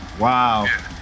Wow